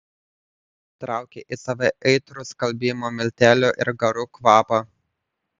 traukė į save aitrų skalbimo miltelių ir garų kvapą